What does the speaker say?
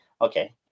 Okay